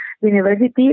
university